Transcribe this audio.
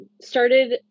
started